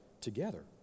together